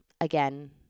again